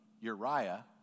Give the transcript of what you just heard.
Uriah